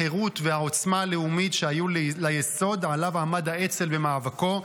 החירות והעוצמה הלאומית שהיו ליסוד שעליו עמד האצ"ל במאבקו,